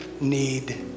need